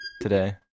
today